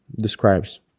Describes